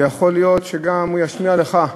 ויכול להיות שהוא גם ישמיע לך.